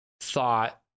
thought